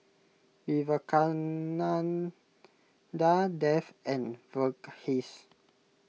Vivekananda Dev and Verghese